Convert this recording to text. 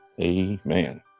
Amen